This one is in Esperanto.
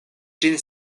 ĝin